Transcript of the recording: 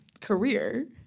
career